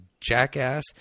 jackass